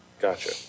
Gotcha